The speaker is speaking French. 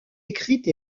écrite